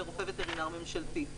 רופא וטרינר ממשלתי.